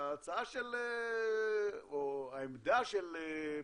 ההצעה או העמדה של פרופ'